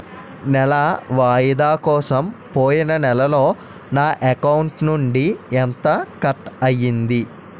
నెల వాయిదా కోసం పోయిన నెలలో నా అకౌంట్ నుండి ఎంత కట్ అయ్యింది?